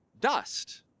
Dust